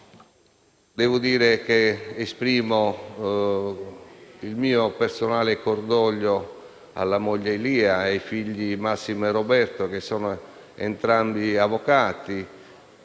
grande fama. Esprimo il mio personale cordoglio alla moglie Lia, ai figli - Massimo e Roberto sono entrambi avvocati